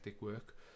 work